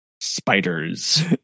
spiders